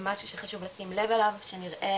זה משהו שחשוב לשים לב אליו, שנראה